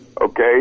Okay